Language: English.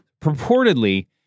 purportedly